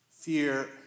Fear